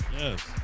Yes